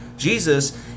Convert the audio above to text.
Jesus